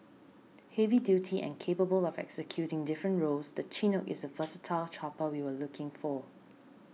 heavy duty and capable of executing different roles the Chinook is the versatile chopper we were looking for